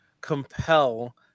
compel